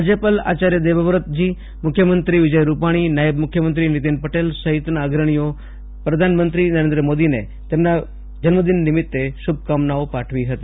રાજ્યપાલ આચાર્ય દેવવ્રત મુખ્યમંત્રી વિજય રૂપારૂી નાયબ નીતિન પટેલ સહિતના અગ્રણીઓ પ્રધાનમંત્રી નરેન્દ્ર મોદીએ તેમના જન્મદિન નિમિત્તે શુભકામનાઓ પાઠવી હતી